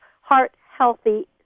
heart-healthy